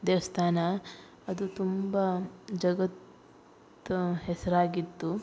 ದೇವಸ್ಥಾನ ಅದು ತುಂಬ ಜಗತ್ ಹೆಸರಾಗಿದ್ದು